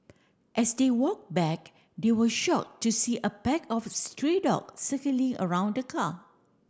as they walked back they were shocked to see a pack of stray dogs circling around the car